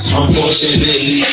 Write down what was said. unfortunately